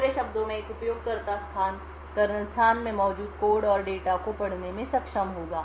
दूसरे शब्दों में एक उपयोगकर्ता स्थान कर्नेल स्थान में मौजूद कोड और डेटा को पढ़ने में सक्षम होगा